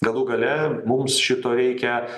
galų gale mums šito reikia